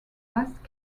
last